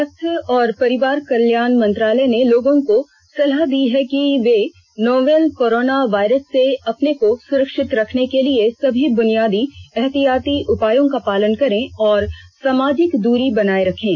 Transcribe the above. स्वास्थ्य और परिवार कल्याण मंत्रालय ने लोगों को सलाह दी है कि वे नोवल कोरोना वायरस से अपने को सुरक्षित रखने के लिए सभी बुनियादी एहतियाती उपायों का पालन करें और सामाजिक दूरी बनाए रखें